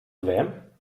vem